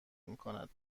میکند